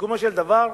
בסיכומו של דבר,